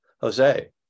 Jose